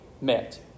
met